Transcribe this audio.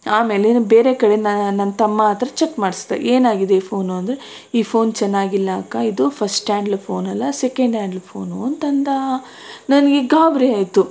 ಆಮೇಲೆ ಬೇರೆ ಕಡೆ ನನ್ನ ತಮ್ಮ ಹತ್ತಿರ ಚೆಕ್ ಮಾಡ್ಸಿದೆ ಏನಾಗಿದೆ ಈ ಫೋನ್ ಅಂದರೆ ಈ ಫೋನ್ ಚೆನ್ನಾಗಿಲ್ಲ ಅಕ್ಕ ಇದು ಫಸ್ಟ್ ಹ್ಯಾಂಡಲ್ ಫೋನಲ್ಲ ಸೆಕೆಂಡ್ ಹ್ಯಾಂಡಲ್ ಫೋನು ಅಂತಂದ ನನಗೆ ಗಾಬರಿಯಾಯ್ತು